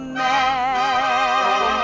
man